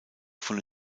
von